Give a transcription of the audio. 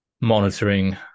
monitoring